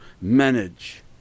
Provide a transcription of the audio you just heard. manage